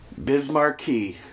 Bismarcky